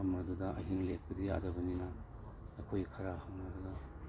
ꯃꯐꯝ ꯑꯗꯨꯗ ꯑꯍꯤꯡ ꯂꯦꯛꯄꯗꯤ ꯌꯥꯗꯕꯅꯤꯅ ꯑꯩꯈꯣꯏ ꯈꯔ ꯍꯧꯅꯔꯒ